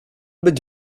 być